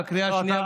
בקריאה השנייה,